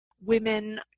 women